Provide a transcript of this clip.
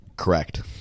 Correct